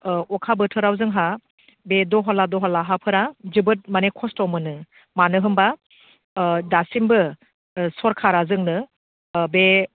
अखा बोथोराव जोंहा बे दहला दहला हाफोरा जोबोद माने खस्त' मोनो मानो होनबा दासिमबो सोरखारा जोंनो बे